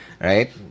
right